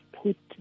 put